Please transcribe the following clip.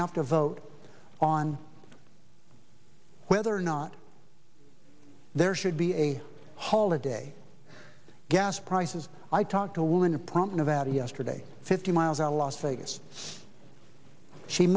have to vote on whether or not there should be a holiday gas prices i talked to a woman a prominent yesterday fifty miles out a las vegas she